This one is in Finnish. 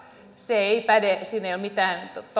se ei päde siinä ei ole mitään totta